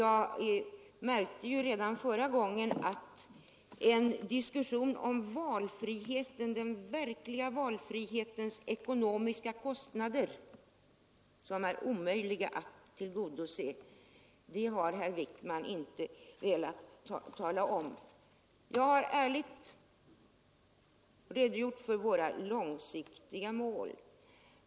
Jag märkte redan förra gången att det är omöjligt att få fram de ekonomiska kostnaderna för den verkliga valfriheten genom en diskussion. Det har herr Wijkman inte velat tala om. Jag har ärligt redogjort för våra långsiktiga mål.